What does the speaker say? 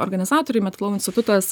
organizatorių institutas